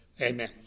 Amen